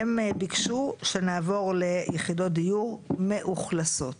הם ביקשו שנעבור ליחידות דיור מאוכלסות.